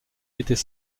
était